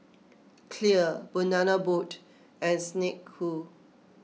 Clear Banana Boat and Snek Ku